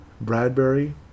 Bradbury